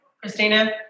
Christina